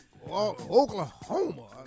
Oklahoma